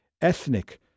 ethnic